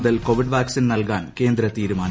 മുതൽ Covid vaccine നൽകാൻ കേന്ദ്ര തീരുമാനം